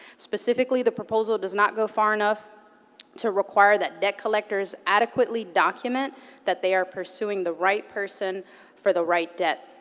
specifically, the proposal does not go far enough to require that debt collectors adequately document that they are pursuing the right person for the right debt.